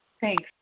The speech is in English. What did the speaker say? Thanks